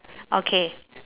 okay